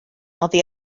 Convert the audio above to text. oddi